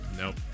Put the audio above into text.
Nope